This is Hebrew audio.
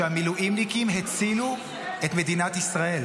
שהמילואימניקים הצילו את מדינת ישראל.